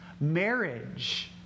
Marriage